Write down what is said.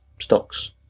stocks